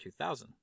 2000